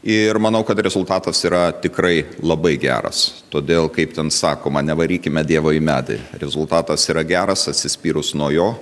ir manau kad rezultatas yra tikrai labai geras todėl kaip ten sakoma nevarykime dievo į medį rezultatas yra geras atsispyrus nuo jo